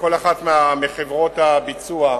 וכל אחת מחברות הביצוע,